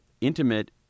intimate